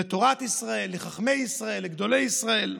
לתורת ישראל, לחכמי ישראל, לגדולי ישראל.